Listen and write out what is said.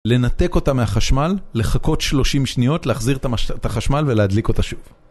לנתק אותה מהחשמל, לחכות 30 שניות, להחזיר את החשמל ולהדליק אותה שוב